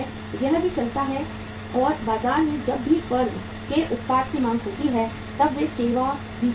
यह भी चलता है और बाजार में जब भी फर्म के उत्पाद की मांग होती है तब भी सेवा दी जाती है